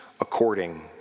according